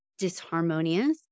disharmonious